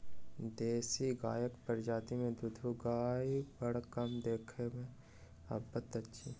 देशी गायक प्रजाति मे दूधारू गाय बड़ कम देखबा मे अबैत अछि